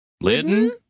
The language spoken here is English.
Lydon